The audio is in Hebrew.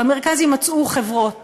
במרכז יימצאו חברות